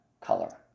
color